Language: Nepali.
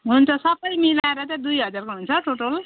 हुन्छ सबै मिलाएर चाहिँ दुई हजारको हुन्छ टोटल